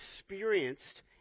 experienced